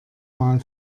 mal